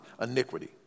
iniquity